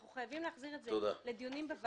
אנחנו חייבים להחזיר את זה לדיונים בוועדה.